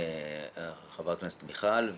חברת הכנסת מיכל,